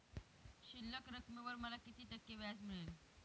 शिल्लक रकमेवर मला किती टक्के व्याज मिळेल?